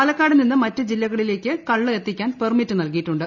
പാലക്കാട് നിന്ന് മറ്റ് ജില്ലകളിലേയ്ക്ക് കള്ള് എത്തിക്കാൻ പെർമിറ്റ് നൽകിയിട്ടുണ്ട്